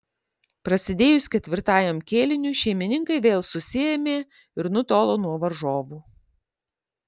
prasidėjus ketvirtajam kėliniui šeimininkai vėl susiėmė ir nutolo nuo varžovų